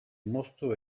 moztu